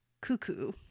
cuckoo